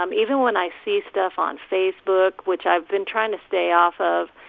um even when i see stuff on facebook, which i've been trying to stay off of,